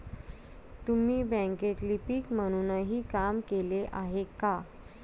तुम्ही बँकेत लिपिक म्हणूनही काम केले आहे का?